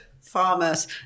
farmers